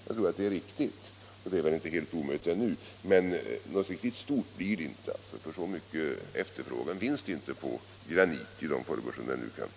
Det är inte omöjligt ännu att göra någonting av denna industri, men något stort blir det aldrig — så mycket efterfrågan finns det inte på granit i de former den nu kan